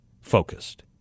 focused